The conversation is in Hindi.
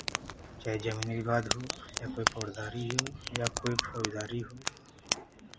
चाहे जमीनी विवाद हो या कोई फौज़दारी ही हो या कोई फौज़दारी हो